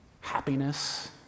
happiness